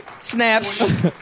snaps